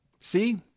see